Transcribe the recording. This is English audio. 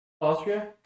Austria